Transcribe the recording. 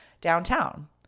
downtown